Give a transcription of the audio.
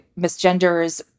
misgenders